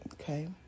okay